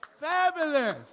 Fabulous